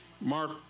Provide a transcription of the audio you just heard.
Mark